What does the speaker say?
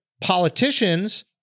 politicians